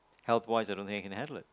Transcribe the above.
help wise don't think I can handle it